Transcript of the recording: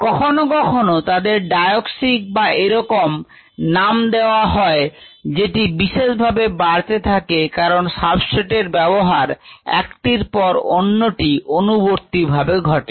কখনো কখনো তাদের diauxy বা এরকম নাম দেওয়া হয় যেটি বিশেষভাবে বাড়তে থাকে কারণ সাবস্ট্রেট ব্যবহার একটির পর অন্যটি sequential ভাবে ঘটে